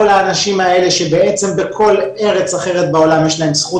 כל האנשים האלה שבעצם בכל ארץ אחרת בעולם יש להם זכות